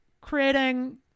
creating